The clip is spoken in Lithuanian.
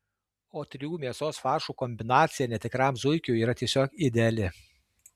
o trijų mėsos faršų kombinacija netikram zuikiui yra tiesiog ideali